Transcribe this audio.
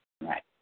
right